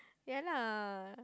ya lah